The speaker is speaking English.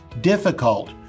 difficult